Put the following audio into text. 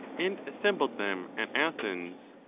and assembled them at athens,